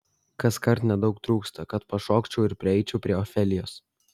kaskart nedaug trūksta kad pašokčiau ir prieičiau prie ofelijos